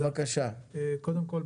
קודם כול,